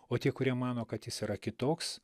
o tie kurie mano kad jis yra kitoks